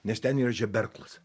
nes ten yra žeberklas